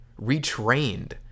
retrained